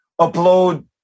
upload